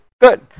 good